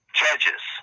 judges